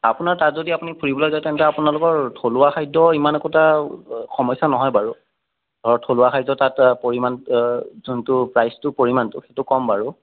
আপোনাৰ তাত যদি আপুনি ফুৰিবলৈ যায় তেন্তে আপোনালোকৰ থলুৱা খাদ্য়ৰ ইমান একোটা সমস্য়া নহয় বাৰু ধৰক থলুৱা খাদ্য়ৰ তাত পৰিমাণ যোনটো প্ৰাইচটো পৰিমাণটো সেইটো কম বাৰু